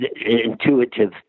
intuitive